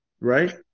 right